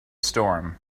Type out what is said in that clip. storm